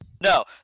No